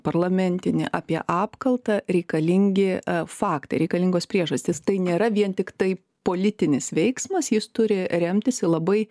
parlamentinį apie apkaltą reikalingi faktai reikalingos priežastys tai nėra vien tiktai politinis veiksmas jis turi remtis į labai